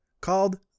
called